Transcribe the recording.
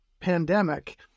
pandemic